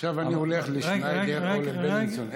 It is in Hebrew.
עכשיו אני הולך לשניידר או לבילינסון,